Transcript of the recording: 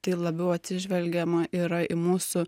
tai labiau atsižvelgiama yra į mūsų